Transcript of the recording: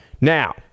Now